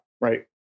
Right